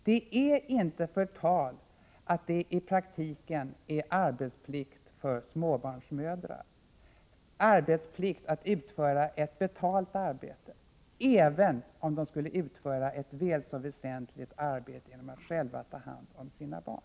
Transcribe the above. Det är inte förtal att det i praktiken råder arbetsplikt för småbarnsmödrar, arbetsplikt att utföra ett betalt arbete, även om de skulle utföra ett väl så väsentligt arbete genom att själva ta hand om sina barn.